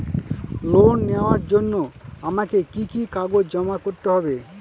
Loan নেওয়ার জন্য আমাকে কি কি কাগজ জমা করতে হবে?